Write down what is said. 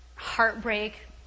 heartbreak